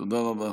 תודה רבה.